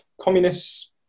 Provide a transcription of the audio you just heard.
communists